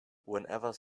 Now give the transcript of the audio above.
whenever